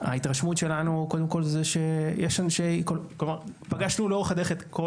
ההתרשמות שלנו זה שפגשנו לאורך הדרך את כל